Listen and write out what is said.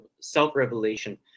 self-revelation